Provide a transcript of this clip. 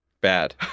bad